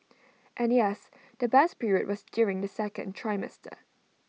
and yes the best period was during the second trimester